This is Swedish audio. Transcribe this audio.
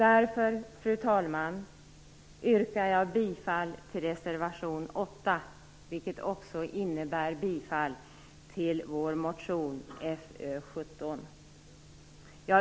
Därför, fru talman, yrkar jag bifall till reservation 8, vilket också innebär bifall till vår motion Fö17.